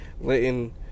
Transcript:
letting